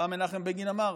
פעם מנחם בגין אמר: